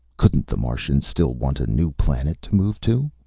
couldn't the martians still want a new planet to move to?